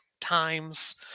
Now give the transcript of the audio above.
times